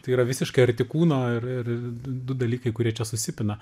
tai yra visiškai arti kūno ir ir du dalykai kurie čia susipina